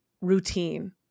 Routine